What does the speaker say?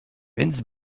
więc